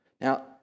Now